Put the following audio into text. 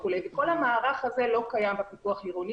וכל המערך הזה לא קיים בפיקוח העירוני